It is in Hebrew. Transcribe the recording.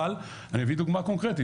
אבל אני אביא דוגמה קונקרטית,